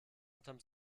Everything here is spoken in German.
unterm